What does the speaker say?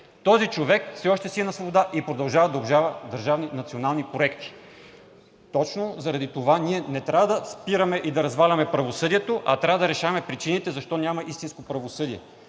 човекът все още си е на свобода и продължава да обжалва държавни, национални проекти. Точно заради това ние не трябва да спираме и да разваляме правосъдието, а трябва да решаваме причините защо няма истинско правосъдие.